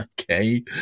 okay